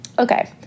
Okay